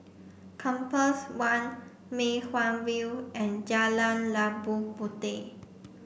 Compass One Mei Hwan View and Jalan Labu Puteh